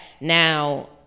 now